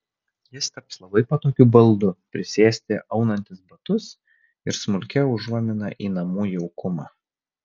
jis taps labai patogiu baldu prisėsti aunantis batus ir smulkia užuomina į namų jaukumą